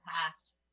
past